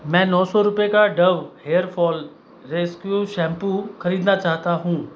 मैं नौ सौ रुपए का Dove hair fall rescue shampoo खरीदना चाहता हूँ